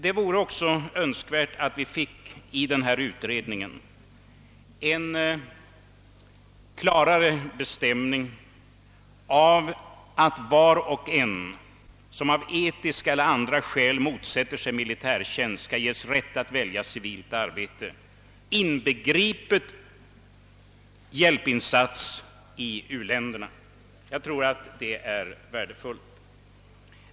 Det vore också önskvärt att försvarsutredningens förslag resulterade i en klarare bestämning av att var och en som av etiska eller andra skäl motsätter sig militärtjänst skall få rätt att välja civilt arbete, inbegripet hjälpinsats i u-länderna. Jag tror att det är värdefullt.